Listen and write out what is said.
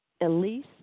Elise